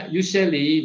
usually